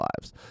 lives